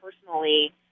personally